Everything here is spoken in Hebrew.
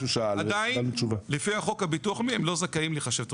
עדיין לפי חוק הביטוח הלאומי הם לא זכאים להיחשב תושבים.